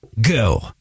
Go